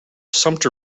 sumpter